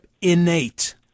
Innate